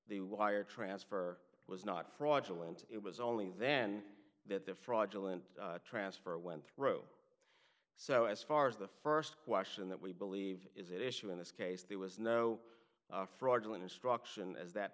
the wire transfer was not fraudulent it was only then that the fraudulent transfer went through so as far as the first question that we believe is it issue in this case there was no fraudulent instruction as that